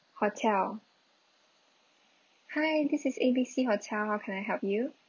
hotel hi this is A B C hotel how can I help you